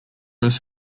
was